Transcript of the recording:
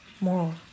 more